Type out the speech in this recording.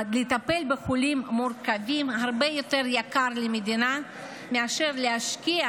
הטיפול בחולים מורכבים הרבה יותר יקר למדינה מאשר להשקיע